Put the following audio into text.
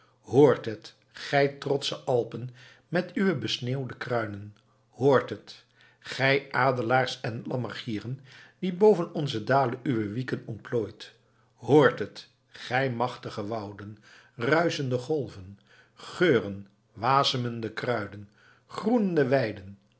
hoort het gij trotsche alpen met uwe besneeuwde kruinen hoort het gij adelaars en lammergieren die boven onze dalen uwe wieken ontplooit hoort het gij machtige wouden ruischende golven geuren wasemende kruiden groenende weiden